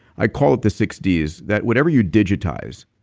i call it the six ds that whatever you digitize,